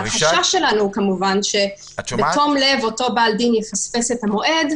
החשש שלנו הוא שבתום לב אותו בעל דין יפספס את המועד,